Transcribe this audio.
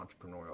entrepreneurial